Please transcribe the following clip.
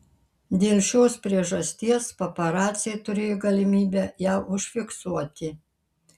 dėl šios priežasties paparaciai turėjo galimybę ją užfiksuoti